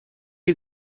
you